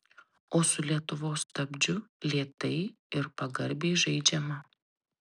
o su lietuvos stabdžiu lėtai ir pagarbiai žaidžiama